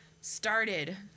started